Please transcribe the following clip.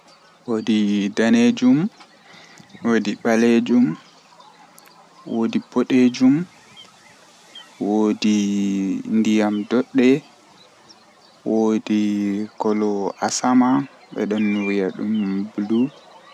Woodi daneejum, woodi bslejum, woodi bodeejum, woodi ndiyam doddde, woodi kolo asama bedon wiya dum blue.